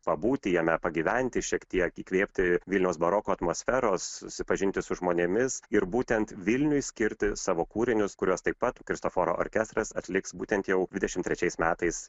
pabūti jame pagyventi šiek tiek įkvėpti vilniaus baroko atmosferos susipažinti su žmonėmis ir būtent vilniui skirti savo kūrinius kuriuos taip pat kristoforo orkestras atliks būtent jau dvidešim trečiais metais